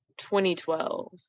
2012